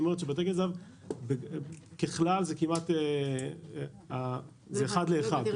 זאת אומרת שבתי גיל זהב ככלל זה כמעט אחד לאחד,